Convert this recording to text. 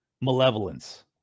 malevolence